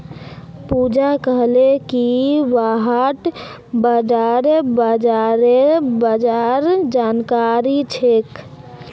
पूजा कहले कि वहाक बॉण्ड बाजारेर बार जानकारी छेक